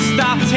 Stop